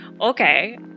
Okay